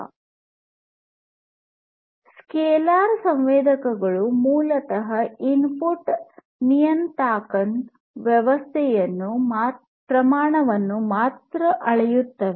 scalar ಸಂವೇದಕಗಳು ಮೂಲತಃ input ನಿಯತಾಂಕನ ಪ್ರಮಾಣವನ್ನು ಮಾತ್ರ ಅಳೆಯುತ್ತವೆ